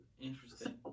Interesting